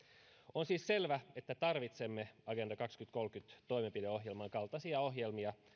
on siis selvää että tarvitsemme agenda kaksituhattakolmekymmentä toimenpideohjelman kaltaisia ohjelmia